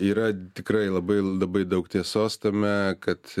yra tikrai labai labai daug tiesos tame kad